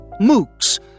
MOOCs